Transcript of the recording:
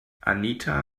anita